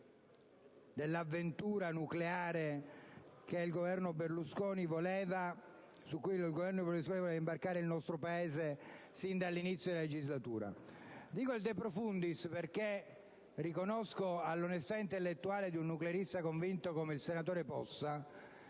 sull'avventura nucleare nella quale il Governo Berlusconi voleva imbarcare il nostro Paese fin dall'inizio della legislatura. Parlo di *de profundis* perché riconosco all'onestà intellettuale di un nuclearista convinto come il senatore Possa